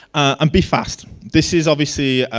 and be fast. this is obviously,